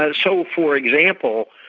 ah so for example,